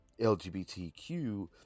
lgbtq